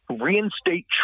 Reinstate